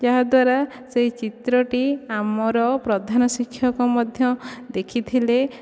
ଯାହାଦ୍ଵାରା ସେହି ଚିତ୍ରଟି ଆମର ପ୍ରଧାନ ଶିକ୍ଷକ ମଧ୍ୟ ଦେଖିଥିଲେ